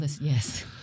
yes